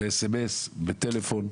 הן מודיעות ב-סמס ובטלפון.